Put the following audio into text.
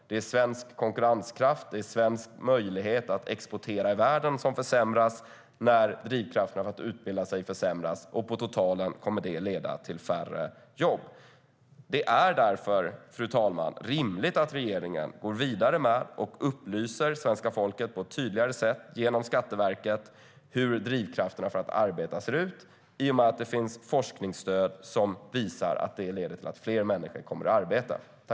Det är svensk konkurrenskraft och möjlighet att exportera i världen som försämras när drivkrafterna för att utbilda sig försämras. På totalen kommer det att leda till färre jobb. Det är därför, fru talman, rimligt att regeringen går vidare och upplyser svenska folket på ett tydligare sätt, genom Skatteverket, hur drivkrafterna för att arbeta ser ut. Det finns nämligen forskning som visar att det leder till att fler människor kommer i arbete.